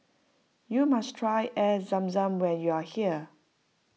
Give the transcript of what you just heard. you must try Air Zam Zam when you are here